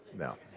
now,